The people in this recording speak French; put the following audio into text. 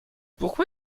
pourquoi